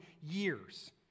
years